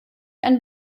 ein